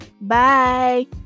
Bye